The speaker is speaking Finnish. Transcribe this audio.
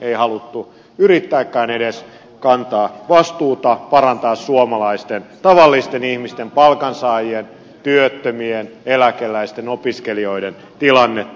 ei haluttu yrittääkään edes kantaa vastuuta parantaa suomalaisten tavallisten ihmisten palkansaajien työttömien eläkeläisten opiskelijoiden tilannetta